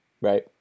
Right